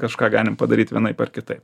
kažką galim padaryt vienaip ar kitaip